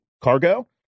cargo